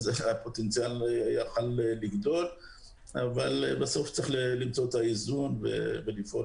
הפוטנציאל יכול היה לגדול אבל בסוף צריך למצוא את האיזון ולפעול